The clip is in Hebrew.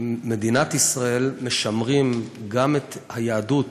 כמדינת ישראל, משמרים גם את היהדות